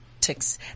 ticks